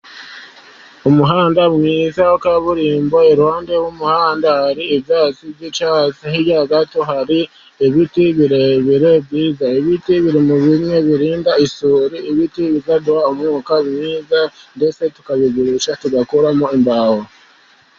Umuhanda mwiza wa kaburimbo, iruhande rw'umuhanda hari ivazi y'icyatsi, hirya gato hari ibiti birebire byiza. Ibiti biri muri bimwe birinda isuri, ibiti biduha umwuka mwiza, ndetse tukabigurisha tugakuramo imbaho.